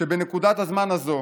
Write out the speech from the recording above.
שבנקודת הזמן הזו